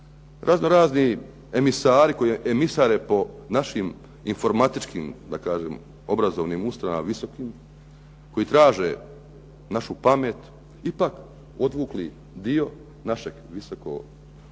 razno razni emisari koji emisare po našim informatičkim da kažem obrazovnim ustanovama visokim, koji traže našu pamet ipak odvukli dio našeg visokog